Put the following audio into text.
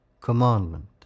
commandment